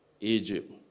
Egypt